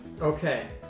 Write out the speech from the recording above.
Okay